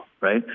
right